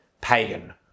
pagan